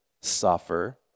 suffer